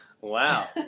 Wow